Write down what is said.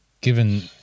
Given